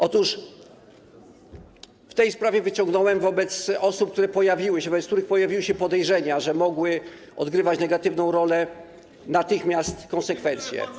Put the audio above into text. Otóż w tej sprawie wyciągnąłem wobec osób, wobec których pojawiły się podejrzenia, że mogły odgrywać negatywną rolę, natychmiast konsekwencje.